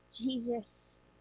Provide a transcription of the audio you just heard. Jesus